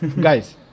Guys